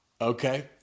Okay